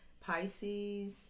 Pisces